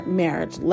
marriage